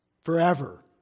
forever